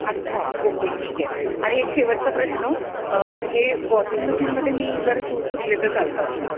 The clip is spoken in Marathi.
अच्छा ओके ठीक आहे आणि एक शेवटचा प्रश्न हे वॉशिंग मशीनमध्ये मी जर शूज धुतले तर चालतात का